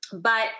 but-